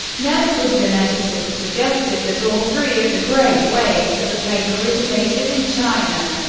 medical geneticists suggested that all three of the great waves of the plague originated in china.